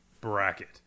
bracket